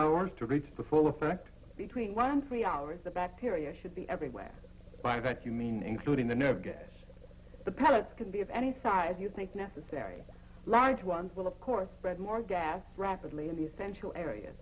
hours to reach for full effect between one and three hours the bacteria should be everywhere by that you mean including the nerve gas the pellets can be of any size you think necessary large ones will of course read more gas rapidly in the essential area